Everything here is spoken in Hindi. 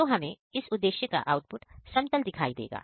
तो हमें इस उद्देश्य का आउटपुट समतल दिखाई देगा